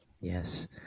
Yes